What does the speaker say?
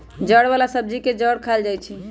जड़ वाला सब्जी के जड़ खाएल जाई छई